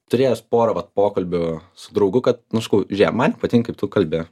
turėjęs porą vat pokalbių su draugu kad nu sakau žie man nepatinka kaip tu kalbi